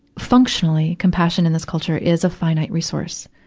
functionally, compassion in this culture is a finite resource.